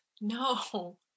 No